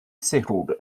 settled